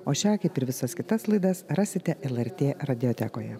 o šią kaip ir visas kitas laidas rasite lrt radijotekoje